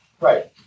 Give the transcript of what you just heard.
Right